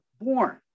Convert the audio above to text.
born